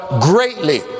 greatly